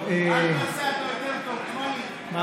אל תנסה, לא,